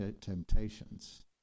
temptations